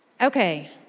Okay